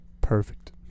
Perfect